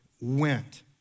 went